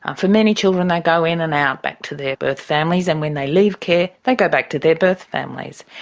ah for many children they go in and out back to their birth families and when they leave care, they go back to their birth families.